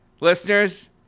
listeners